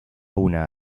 una